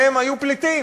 הם היו פליטים.